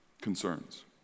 Concerns